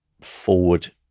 forward